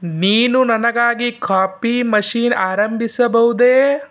ನೀನು ನನಗಾಗಿ coffee machine ಆರಂಭಿಸಬಹುದೇ